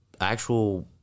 actual